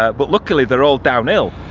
ah but luckily they're all downhill.